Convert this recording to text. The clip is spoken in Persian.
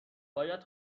باید